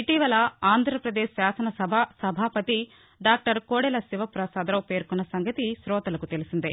ఇటీవల ఆంధ్రప్రదేశ్ శాసన సభ సభాపతి డాక్టర్ కోడెల శివప్రసాదరావు పేర్కొన్న సంగతి తెలిసిందే